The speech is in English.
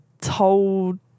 told